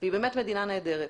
והיא באמת מדינה נהדרת.